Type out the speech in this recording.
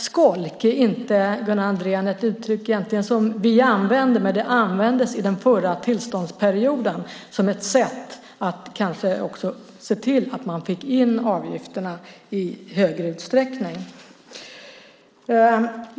"Skolk" är inte ett uttryck som vi egentligen använder, Gunnar Andrén, men det användes under den förra tillståndsperioden som ett sätt att kanske också se till att man fick in avgifterna i större utsträckning.